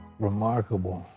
remarkable.